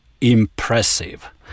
impressive